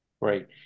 Right